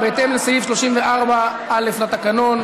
בהתאם לסעיף 34א לתקנון,